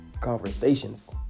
conversations